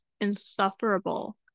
insufferable